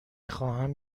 خواهم